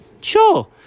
Sure